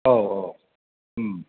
औ औ